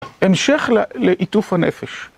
המשך לעיטוף הנפש.